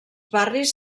barris